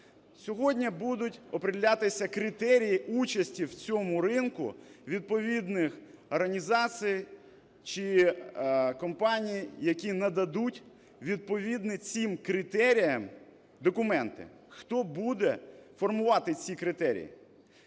Сьогодні будуть оприділятися критерії участі в цьому ринку відповідних організацій чи компаній, які нададуть відповідні цим критеріям документи. Хто буде формувати ці критерії?